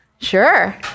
Sure